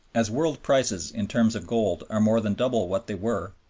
as world-prices in terms of gold are more than double what they were,